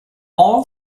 all